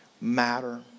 matter